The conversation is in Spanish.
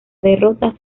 derrota